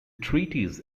treaties